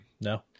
No